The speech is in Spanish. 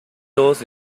todos